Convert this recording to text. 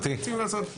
מה אתם רוצים לעשות פה?